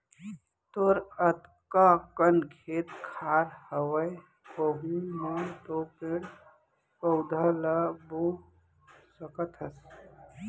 तोर अतका कन खेत खार हवय वहूँ म तो पेड़ पउधा ल बो सकत हस